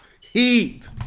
Heat